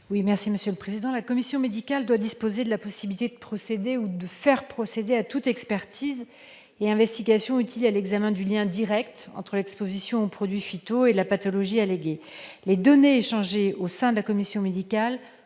La commission médicale doit disposer de la possibilité de procéder, ou de faire procéder, à toute expertise et investigation utiles à l'examen du lien direct entre l'exposition aux produits phytopharmaceutiques et la pathologie alléguée. De plus, les données échangées au sein de cette commission doivent